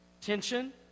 tension